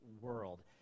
world